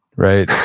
right?